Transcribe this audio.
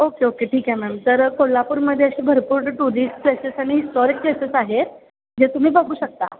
okay okay ठीक आहे ma'am तर कोल्हापूरमध्ये असे भरपूर टुरिस्ट प्लेसेस आणि हिस्टॉरिक प्लेसेस आहेत जे तुम्ही बघू शकता